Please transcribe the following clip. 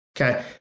Okay